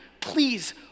Please